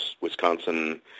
Wisconsin